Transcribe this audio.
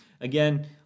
again